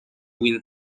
win